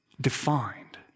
defined